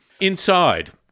Inside